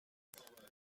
forward